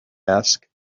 asked